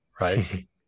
right